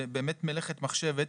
באמת מלאכת מחשבת,